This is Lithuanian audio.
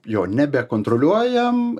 jo nebekontroliuojam